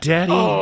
Daddy